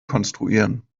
konstruieren